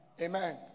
Amen